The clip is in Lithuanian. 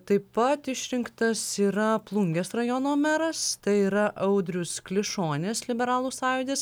taip pat išrinktas yra plungės rajono meras tai yra audrius klišonis liberalų sąjūdis